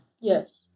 Yes